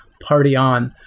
party on.